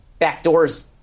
backdoors